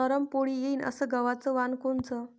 नरम पोळी येईन अस गवाचं वान कोनचं?